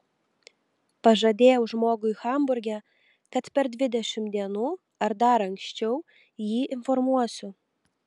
pažadėjau žmogui hamburge kad per dvidešimt dienų ar dar anksčiau jį informuosiu